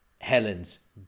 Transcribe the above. Helen's